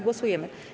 Głosujemy.